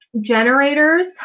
generators